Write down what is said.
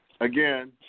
again